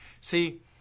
See